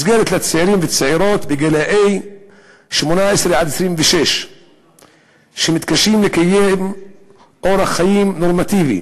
מסגרת לצעירים וצעירות גילאי 18 26 שמתקשים לקיים אורח חיים נורמטיבי